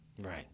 Right